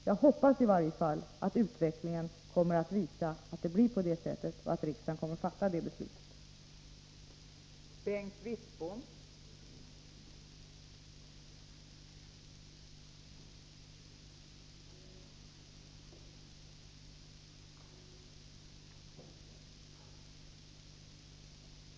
Jag hoppas i varje fall att riksdagen kommer att fatta detta beslut och att utvecklingen kommer att visa att det blir så som vi avsett.